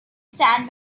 san